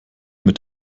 mit